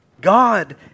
God